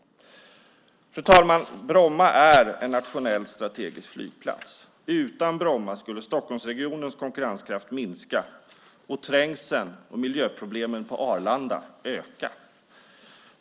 Fru talman! Bromma är en nationell strategisk flygplats. Utan Bromma skulle Stockholmsregionens konkurrenskraft minska och trängseln och miljöproblemen på Arlanda öka.